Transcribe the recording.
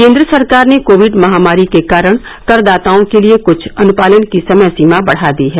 केन्द्र सरकार ने कोविड महामारी के कारण करदाताओं के लिए कुछ अनुपालन की समयसीमा बढा दी है